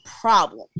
problem